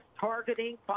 targeting